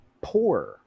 poor